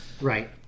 Right